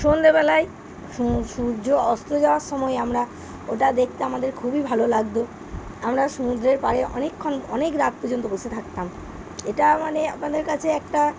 সন্ধেবেলায় সূর্য অস্ত যাওয়ার সময় আমরা ওটা দেখতে আমাদের খুবই ভালো লাগত আমরা সমুদ্রের পাড়ে অনেকক্ষণ অনেক রাত পর্যন্ত বসে থাকতাম এটা মানে আমাদের কাছে একটা